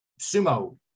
sumo